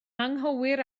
anghywir